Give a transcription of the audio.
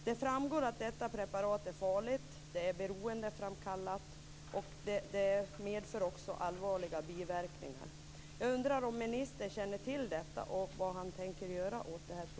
Det framgår att detta preparat är farligt, att det är beroendeframkallande och att det också medför allvarliga biverkningar.